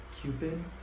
Cupid